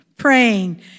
praying